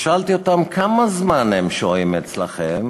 שאלתי אותם, כמה זמן הם שוהים אצלכם?